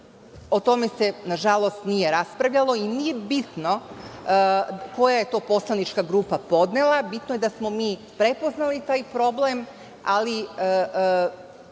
o tome se na žalost, nije raspravljalo i nije bitno koja je to poslanička grupa podnela. Bitno je da smo mi prepoznali taj problem, ali